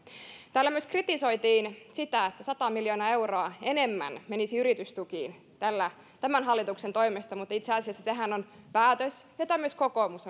täällä myös kritisoitiin sitä että sata miljoonaa euroa enemmän menisi yritystukiin tämän hallituksen toimesta mutta itse asiassa sehän on päätös jota myös kokoomus